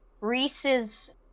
Reese's